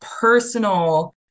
personal